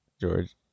George